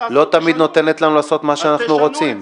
לא תמיד נותנת לנו לעשות מה שאנחנו רוצים.